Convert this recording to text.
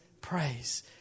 praise